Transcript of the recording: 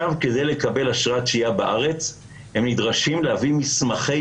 כדי לקבל אשרת שהייה בארץ הם נדרשים להביא מסמכי